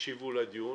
להקשיב לדיון